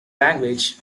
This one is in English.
language